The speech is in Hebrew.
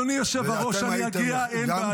אוקיי, אדוני היושב-ראש, אני אגיע, אין בעיה.